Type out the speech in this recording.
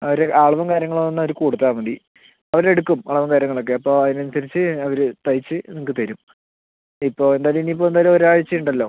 ഒരു അളവും കാര്യങ്ങളും ഒന്ന് അവർക്ക് കൊടുത്താൽ മതി അവർ എടുക്കും അളവും കാര്യങ്ങൾ ഒക്കെ അപ്പോൾ അതിനനുസരിച്ച് അവർ തയ്ച്ചു നിങ്ങൾക്ക് തരും ഇപ്പോൾ എന്തായാലും ഇനി ഇപ്പോൾ എന്തായാലും ഒരാഴ്ച്ച ഉണ്ടല്ലോ